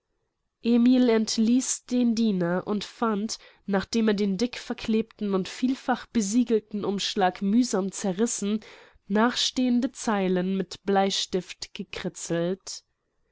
emil entließ den diener und fand nachdem er den dick verklebten und vielfach besiegelten umschlag mühsam zerrissen nachstehende zeilen mit bleistift gekritzelt